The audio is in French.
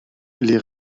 les